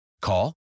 Call